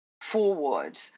forward